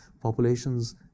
Populations